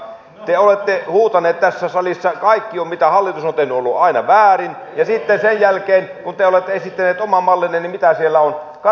te olette huutaneet tässä salissa että kaikki mitä hallitus on tehnyt on ollut aina väärin ja sitten sen jälkeen kun te olette esittäneet oman mallinne niin mitä siellä on